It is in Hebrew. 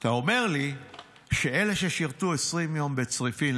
אתה אומר לי שאלה ששירתו 20 יום בצריפין,